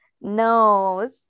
No